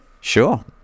Sure